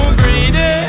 greedy